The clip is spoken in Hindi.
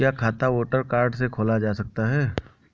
क्या खाता वोटर कार्ड से खोला जा सकता है?